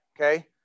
Okay